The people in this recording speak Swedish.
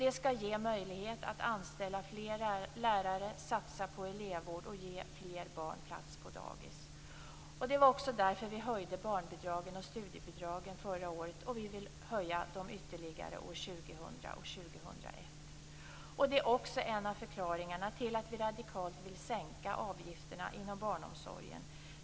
Det skall ge möjlighet att anställa fler lärare, satsa på elevvård och ge fler barn plats på dagis. Det var också därför vi höjde barnbidragen och studiebidragen förra året, och vi vill höja dem ytterligare år 2000 och 2001. Det är också en av förklaringarna till att vi radikalt vill sänka avgifterna inom barnomsorgen.